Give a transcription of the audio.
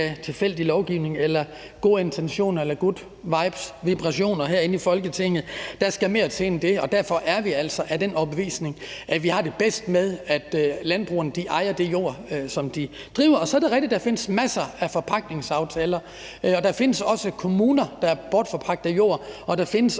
tilfældig lovgivning eller gode intentioner eller good vibes, vibrationer, herinde i Folketinget. Der skal mere til end det, og derfor er vi altså af den overbevisning, at vi har det bedst med, at landbrugerne ejer den jord, som de driver. Så er det rigtigt, at der findes masser af forpagtningsaftaler, og der findes også kommuner, der bortforpagter jord, og der findes